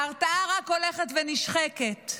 ההרתעה רק הולכת ונשחקת.